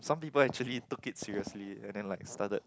some people actually took it seriously and then like started